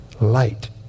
light